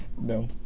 No